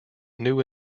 new